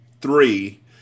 three